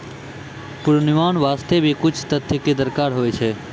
पुर्वानुमान वास्ते भी कुछ तथ्य कॅ दरकार होय छै